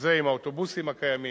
וזה עם האוטובוסים הקיימים,